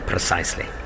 Precisely